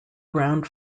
ground